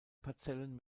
parzellen